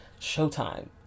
Showtime